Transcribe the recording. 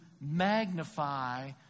magnify